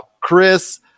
Chris